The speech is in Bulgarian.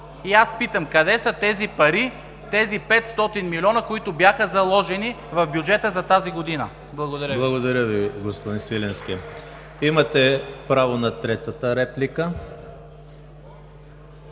И аз питам къде са тези пари, тези 500 милиона, които бяха заложени в бюджета за тази година? Благодаря Ви. ПРЕДСЕДАТЕЛ ЕМИЛ ХРИСТОВ: Благодаря Ви, господин Свиленски. Имате право на третата реплика.